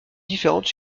différentes